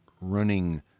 running